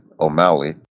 O'Malley